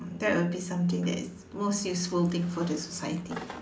that will be something that is most useful thing for the society